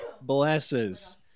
Blesses